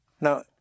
Now